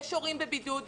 יש הורים בבידוד,